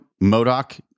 Modoc